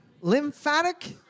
Lymphatic